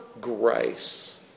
grace